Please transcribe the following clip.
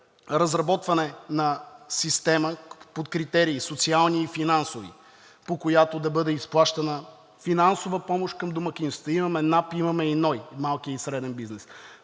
разработване на система от критерии – социални и финансови, по която да бъде изплащана финансова помощ към домакинствата. Имаме НАП, имаме и НОИ – малкия и среден бизнес.